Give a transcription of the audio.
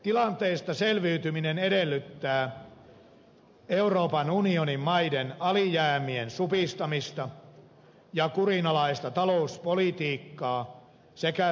tilanteesta selviytyminen edellyttää euroopan unionin maiden alijäämien supistamista ja kurinalaista talouspolitiikkaa sekä velkaantumiskierteen katkaisemista